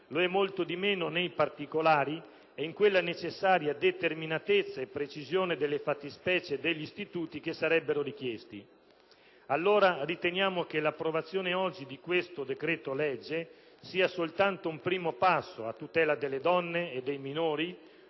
lo è molto meno nei particolari e in quella necessaria determinatezza e precisione delle fattispecie degli istituti che sarebbero richiesti. Riteniamo che l'approvazione oggi di questo decreto-legge sia soltanto un primo passo a tutela delle donne e dei minori,